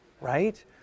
right